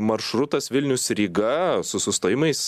maršrutas vilnius ryga su sustojimais